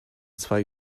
zwei